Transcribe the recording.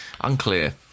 unclear